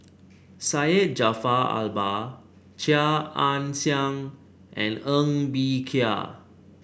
Syed Jaafar Albar Chia Ann Siang and Ng Bee Kia